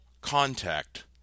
Contact